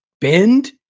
bend